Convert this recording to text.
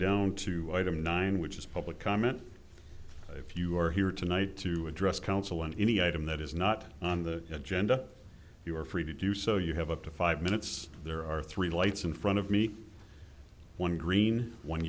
down to item nine which is public comment if you're here tonight to address council and any item that is not on the agenda you are free to do so you have up to five minutes there are three lights in front of me one green one